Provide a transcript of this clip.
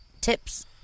tips